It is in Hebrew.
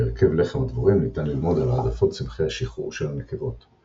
מהרכב לחם הדבורים ניתן ללמוד על העדפות צמחי השיחור של הנקבות –